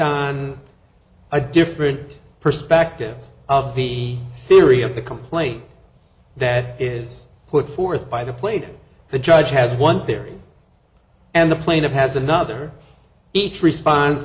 on a different perspective of the theory of the complaint that is put forth by the plate the judge has one theory and the plaintiff has another each response